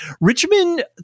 Richmond